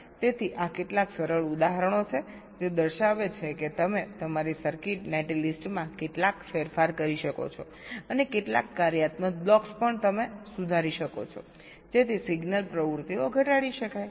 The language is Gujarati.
તેથી આ કેટલાક સરળ ઉદાહરણો છે જે દર્શાવે છે કે તમે તમારી સર્કિટ નેટલિસ્ટમાં કેટલાક ફેરફાર કરી શકો છો અને કેટલાક કાર્યાત્મક બ્લોક્સ પણ તમે સુધારી શકો છો જેથી સિગ્નલ એક્ટિવિટીસ ઘટાડી શકાય